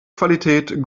qualität